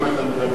ואם אתה מדבר